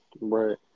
Right